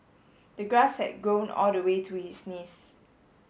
the grass had grown all the way to his knees